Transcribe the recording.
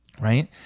Right